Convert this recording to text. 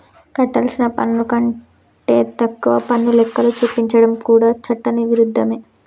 కట్టాల్సిన పన్ను కంటే తక్కువ పన్ను లెక్కలు చూపించడం కూడా చట్ట విరుద్ధమే